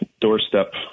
doorstep